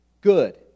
good